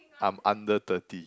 I'm under thirty